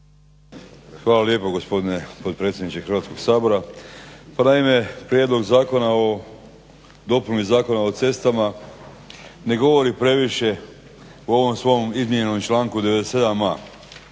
Hvala lijepo gospodine potpredsjedniče Hrvatskog sabora. Pa naime, Prijedlog zakona o dopuni Zakona o cestama ne govori previše u ovom svom izmijenjenom članku 97.a.